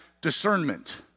discernment